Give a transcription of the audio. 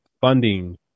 funding